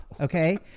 okay